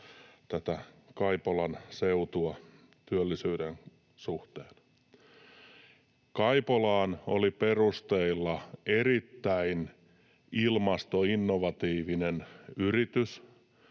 tätä Kaipolan seutua työllisyyden suhteen. Kaipolaan oli perusteilla erittäin ilmastoinnovatiivinen yritys.